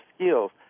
skills